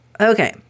Okay